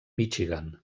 michigan